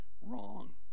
wrong